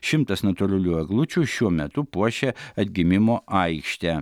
šimtas natūralių eglučių šiuo metu puošia atgimimo aikštę